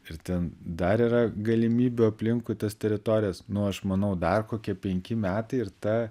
ir ten dar yra galimybių aplinkui tas teritorijas nu aš manau dar kokie penki metai ir ta